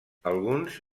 alguns